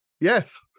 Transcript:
Yes